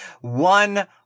one